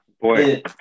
Boy